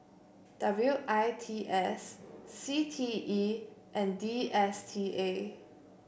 W I T S C T E and D S T A